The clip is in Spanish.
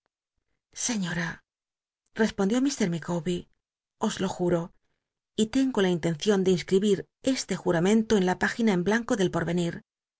sciíoa respondió mt ilicawbe os lo juo y tengo la intencion de inscribir este juramento en la p igina en blanco del poi'i'eni